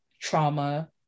trauma